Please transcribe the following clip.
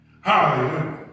Hallelujah